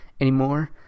anymore